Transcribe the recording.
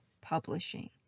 publishing